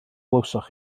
glywsoch